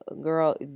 Girl